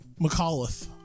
McAuliffe